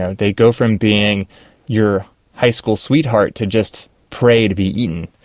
ah they go from being your high school sweetheart to just prey to be eaten.